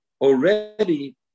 already